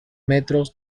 metros